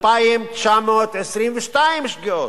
2,922 שגיאות,